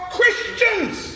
Christians